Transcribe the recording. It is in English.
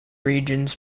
regions